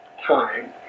time